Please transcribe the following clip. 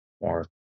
more